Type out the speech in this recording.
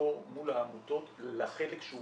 פעולתו מול העמותות לחלק שהוא